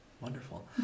Wonderful